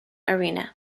arena